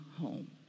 home